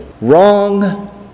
Wrong